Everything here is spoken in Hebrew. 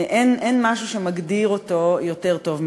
אין משהו שמגדיר אותו יותר טוב מזה.